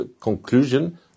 conclusion